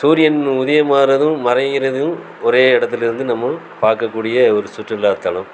சூரியன் உதயமாகிறதும் மறையிறதும் ஒரே இடத்துல இருந்து நம்ம பார்க்கக்கூடிய ஒரு சுற்றுலாத்தலம்